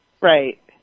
Right